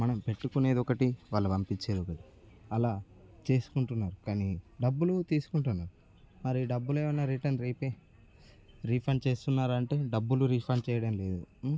మనం పెట్టుకునేదొకటి వాళ్ళు పంపించేది ఒకటి అలా తీసుకుంటున్నారు కానీ డబ్బులు తీసుకుంటున్నారు మరి డబ్బులేమన్నా రిటర్న్ రీపే రీఫండ్ చేస్తున్నారా అంటే డబ్బులు రీఫండ్ చేయడం లేదు